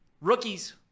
Rookies